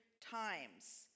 Times